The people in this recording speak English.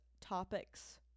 topics